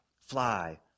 fly